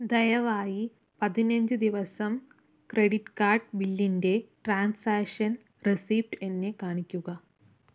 ദയവായി പതിനഞ്ച് ദിവസം ക്രെഡിറ്റ് കാർഡ് ബില്ലിൻ്റെ ട്രാൻസാക്ഷൻ റെസിപ്റ്റ് എന്നെ കാണിക്കുക